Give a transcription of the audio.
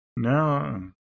No